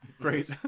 Great